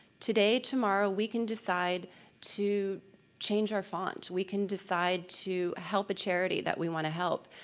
today, tomorrow, we can decide to change our font. we can decide to help a charity that we want to help.